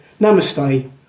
Namaste